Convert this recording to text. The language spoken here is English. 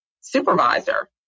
supervisor